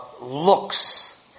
looks